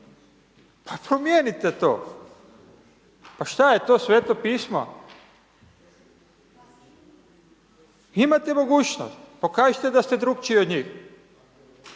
Pa promijenite to. Pa šta je to Sveto pismo? Imate mogućnost, pokažite da ste drukčiji od njih.